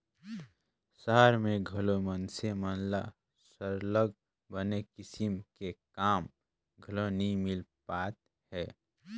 सहर में घलो मइनसे मन ल सरलग बने किसम के काम घलो नी मिल पाएत हे